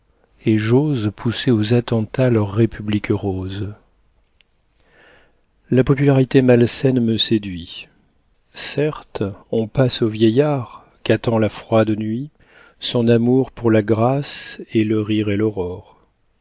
et j'ose pousser aux attentats leur république rose la popularité malsaine me séduit certe on passe au vieillard qu'attend la froide nuit son amour pour la grâce et le rire et l'aurore